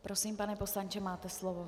Prosím, pane poslanče, máte slovo.